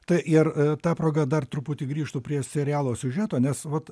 tai ir ta proga dar truputį grįžtu prie serialo siužeto nes vat